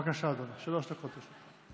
בבקשה, אדוני, שלוש דקות לרשותך.